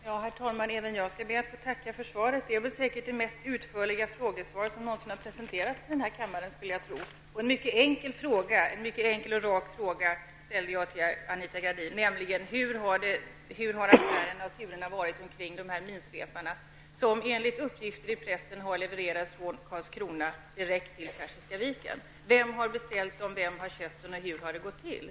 Herr talman! Även jag skall be att få tacka för svaret. Jag skulle tro att det är det mest utförliga svar som någonsin har presenterats i den här kammaren på en mycket enkel och rak fråga, nämligen hur affärerna och turerna har varit kring dessa minsvepare, som enligt uppgifter i pressen har levererats från Karlskrona direkt till Persiska viken? Vem har beställt dem, vem har köpt dem och hur har det gått till?